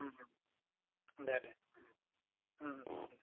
ओम ओम दे दे ओम ओम ओम